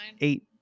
Eight